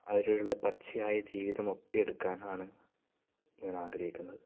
അവരുടെ പച്ചയായ ജീവിതം ഒപ്പിയെടുക്കാനാണ് ഞാൻ ആഗ്രഹിക്കുന്നത്